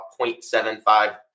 0.75